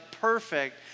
perfect